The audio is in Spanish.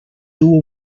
tuvo